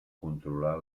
controlar